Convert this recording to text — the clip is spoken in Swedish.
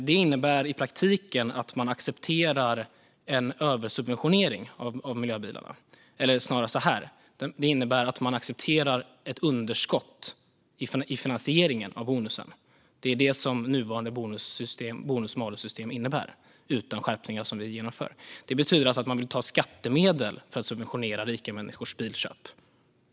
Det innebär i praktiken att man accepterar en översubventionering av miljöbilarna. Eller snarare så här: Det innebär att man accepterar ett underskott i finansieringen av bonusen. Det är det som nuvarande bonus-malus-system innebär utan de skärpningar som vi genomför. Det betyder alltså att man vill ta skattemedel för att subventionera rika människors bilköp.